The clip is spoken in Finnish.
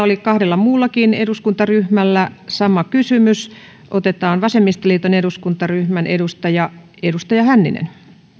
oli kahdella muullakin eduskuntaryhmällä sama kysymys otetaan vasemmistoliiton eduskuntaryhmän edustaja edustaja hänninen